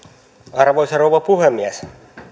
arvoisa rouva puhemies